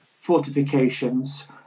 fortifications